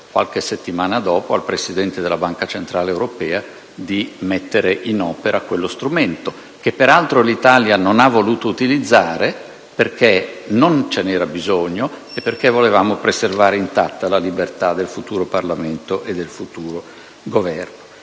qualche settimana dopo ha permesso al Presidente della Banca centrale europea di mettere in opera quello strumento, che peraltro l'Italia non ha voluto utilizzare perché non ve ne era bisogno e perché volevamo preservare intatta la libertà del futuro Parlamento e del futuro Governo.